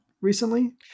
recently